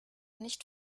nicht